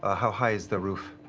ah how high is the roof?